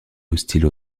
hostile